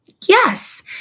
Yes